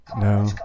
No